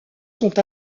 sont